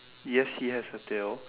yes he has a tail